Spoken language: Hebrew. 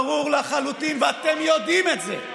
ברור לחלוטין, ואתם יודעים את זה,